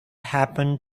happen